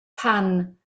pan